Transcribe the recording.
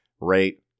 Rate